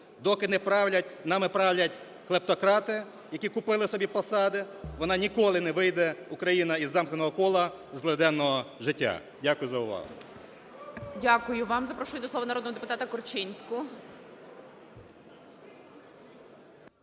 нами правлять клептократи, які купили собі посади, вона ніколи не вийде, Україна, із замкненого кола злиденного життя. Дякую за увагу. ГОЛОВУЮЧИЙ. Дякую вам. Запрошую до слова народного депутата Корчинську.